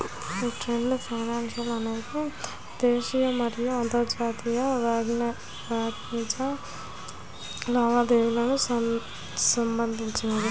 యీ trade finance అనేది దేశీయ మరియు అంతర్జాతీయ వాణిజ్య లావాదేవీలకు సంబంధించినది